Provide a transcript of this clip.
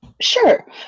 Sure